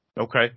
Okay